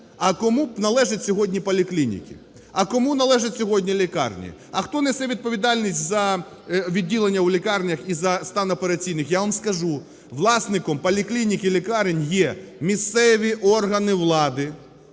а кому належать сьогодні поліклініки, а кому належать сьогодні лікарні, а хто несе відповідальність за відділення у лікарнях і за стан операційних? Я вам скажу: власником поліклінік і лікарень є місцеві органи влади,